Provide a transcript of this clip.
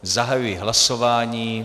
Zahajuji hlasování.